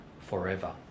forever